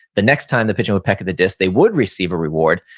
the next time the pigeon would peck at the disc they would receive a reward.